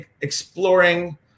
exploring